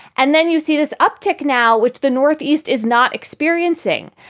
and then you see this uptick now, which the northeast is not experiencing.